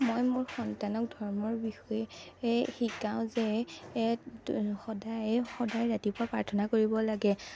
মই মোৰ সন্তানক ধৰ্মৰ বিষয়ে এ শিকাওঁ যে এ সদায় সদায় ৰাতিপুৱা প্ৰাৰ্থনা কৰিব লাগে